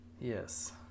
Yes